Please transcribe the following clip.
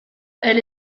elle